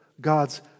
God's